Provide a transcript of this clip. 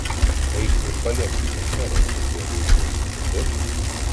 eik ir paliepk kitiems neleisti stiebui užmigti girdi